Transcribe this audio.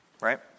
Right